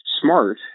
smart